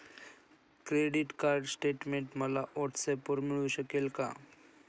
Credit card statement मला व्हॉट्सऍपवर मिळू शकेल का?